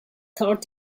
third